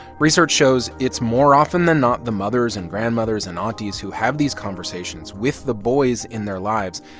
research shows it's more often than not the mothers and grandmothers and aunties who have these conversations with the boys in their lives,